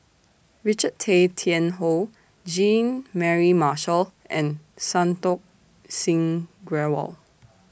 Richard Tay Tian Hoe Jean Mary Marshall and Santokh Singh Grewal